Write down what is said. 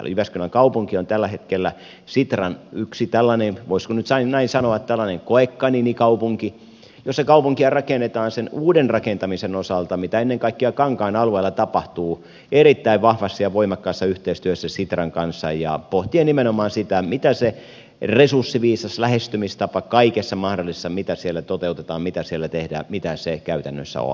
jyväskylän kaupunki on tällä hetkellä sitran yksi tällainen voisiko nyt näin sanoa koekaniinikaupunki jossa kaupunkia rakennetaan sen uuden rakentamisen osalta mitä ennen kaikkea kankaan alueella tapahtuu erittäin vahvassa ja voimakkaassa yhteistyössä sitran kanssa ja pohtien nimenomaan sitä mitä se resurssiviisas lähestymistapa kaikessa mahdollisessa mitä siellä toteutetaan mitä siellä tehdään käytännössä on